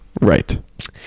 Right